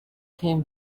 came